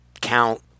Count